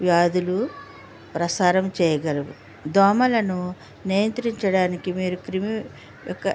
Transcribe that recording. వ్యాధులు ప్రసారం చేయగలవు దోమలను నియంత్రించడానికి మీరు క్రిమి యొక